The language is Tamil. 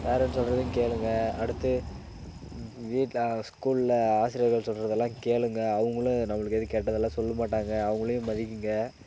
பேரன்ட்ஸ் சொல்கிறதையும் கேளுங்கள் அடுத்து வீட்டில் ஸ்கூலில் ஆசிரியர்கள் சொல்கிறதெல்லாம் கேளுங்கள் அவங்களும் நம்மளுக்கு எதுவும் கெட்டதெல்லாம் சொல்ல மாட்டாங்க அவங்களையும் மதிகிணுங்க